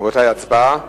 רבותי, הצבעה.